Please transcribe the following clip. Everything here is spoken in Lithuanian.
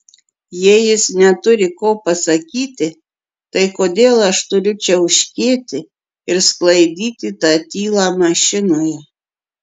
jei jis neturi ko pasakyti tai kodėl aš turiu čiauškėti ir sklaidyti tą tylą mašinoje